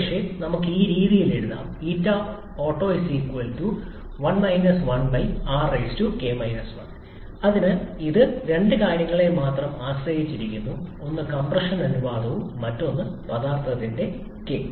ഒരുപക്ഷേ നമുക്ക് ഈ രീതിയിൽ എഴുതാം അതിനാൽ ഇത് രണ്ട് കാര്യങ്ങളെ മാത്രം ആശ്രയിച്ചിരിക്കുന്നു ഒന്ന് കംപ്രഷൻ അനുപാതവും മറ്റൊന്ന് പദാർത്ഥത്തിന്റെ k